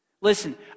Listen